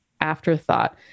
afterthought